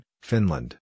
Finland